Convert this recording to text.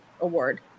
award